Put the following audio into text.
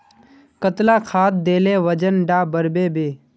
कतला खाद देले वजन डा बढ़बे बे?